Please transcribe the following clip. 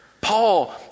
Paul